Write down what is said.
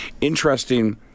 Interesting